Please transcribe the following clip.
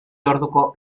orduko